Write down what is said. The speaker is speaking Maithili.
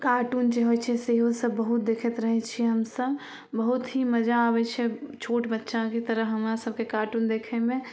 कार्टून जे होइ छै सेहो सब बहुत देखैत रहै छिए हमसभ बहुत ही मजा आबै छै छोट बच्चाके तरह हमरासभकेँ कार्टून देखैमे